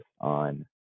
on